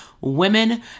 women